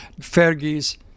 Fergie's